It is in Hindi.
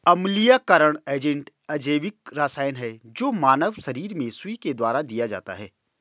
अम्लीयकरण एजेंट अजैविक रसायन है जो मानव शरीर में सुई के द्वारा दिया जाता है